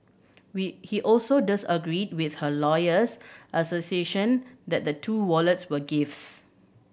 we he also disagreed with her lawyer's that the two wallets were gifts